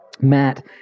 Matt